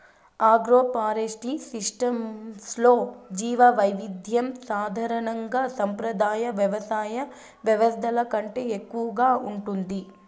agroforestry సిస్టమ్స్లో జీవవైవిధ్యం సాధారణంగా సంప్రదాయ వ్యవసాయ వ్యవస్థల కంటే ఎక్కువగా ఉంటుంది